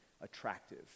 attractive